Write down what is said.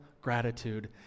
gratitude